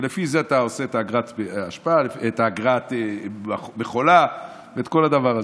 ולפי זה אתה עושה את אגרת המכולה ואת כל הדבר הזה.